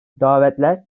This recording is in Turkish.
davetler